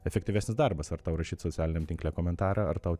efektyvesnis darbas ar tau rašyt socialiniam tinkle komentarą ar tau